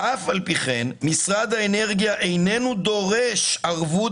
"אף על פי כן משרד האנרגיה איננו דורש ערבות